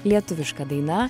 lietuviška daina